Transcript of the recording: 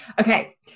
Okay